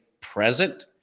present